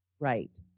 Right